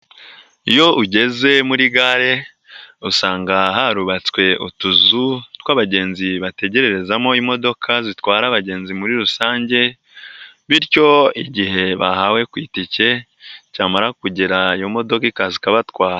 Iyo ugeze muri gare usanga harubatswe utuzu tw'abagenzi bategerezamo imodoka zitwara abagenzi muri rusange bityo igihe bahawe ku itike, cyamara kugera iyo modoka ikaza ikabatwara.